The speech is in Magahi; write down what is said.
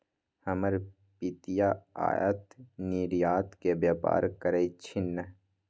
हमर पितिया आयात निर्यात के व्यापार करइ छिन्ह